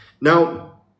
Now